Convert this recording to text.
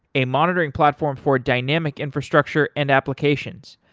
a monitoring platform for dynamic infrastructure and applications.